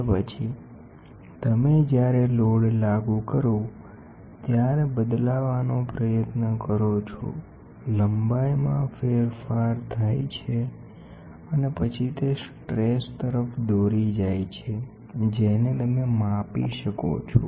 અને પછી તમે જ્યારે લોડ લાગુ કરો ત્યારે બદલાવાનો પ્રયત્ન કરો છો ત્યારે લંબાઈમાં ફેરફાર થાય છે અને પછી તે પ્રતિકાર તરફ દોરી જાય છે જેને તમે માપી શકો છો